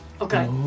okay